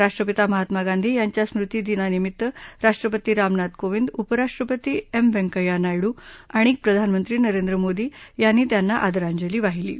राष्ट्रपिता महात्मा गांधी यांच्या स्मृती दिनानिमित्त राष्ट्रपती रामनाथ कोविंद उपराष्ट्रपती एम व्यंकय्या नायडू आणि प्रधानमंत्री नरेंद्र मोदी यांनी त्यांना आदरांजली वाहिली आहे